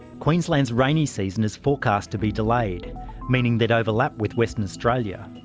queensland's rainy season is forecast to be delayed meaning they'd overlap with western australia.